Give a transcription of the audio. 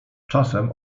czasem